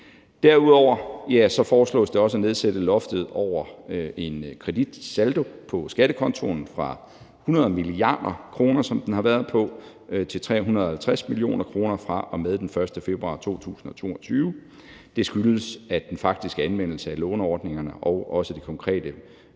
Derudover foreslås det også at nedsætte loftet over en kreditsaldo på skattekontoen fra 100 mia. kr., som den har været på, til 350 mio. kr. fra og med den 1. februar 2022. Det skyldes, at den faktiske anvendelse af låneordningerne og også det konkrete